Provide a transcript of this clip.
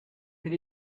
elle